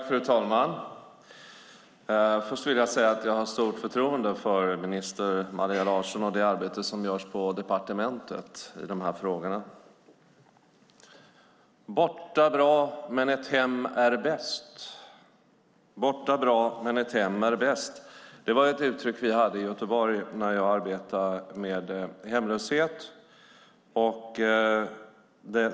Fru talman! Jag vill börja med att säga att jag har stort förtroende för statsrådet Maria Larsson och det arbete som görs på departementet i dessa frågor. Borta bra men ett hem är bäst. Det var ett uttryck vi hade i Göteborg när jag arbetade med hemlöshet.